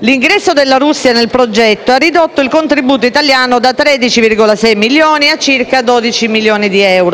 L'ingresso della Russia nel progetto ha ridotto il contributo italiano da 13,6 a circa 12 milioni di euro, con un risparmio di 1,6 milioni per